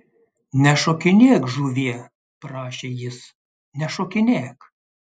nešokinėk žuvie prašė jis nešokinėk